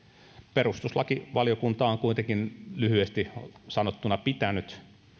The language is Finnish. perustuslakivaliokunta on kuitenkin lyhyesti sanottuna pitänyt